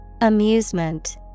Amusement